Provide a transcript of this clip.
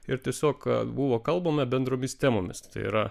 ir tiesiog buvo kalbama bendromis temomis tai yra